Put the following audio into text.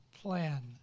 plan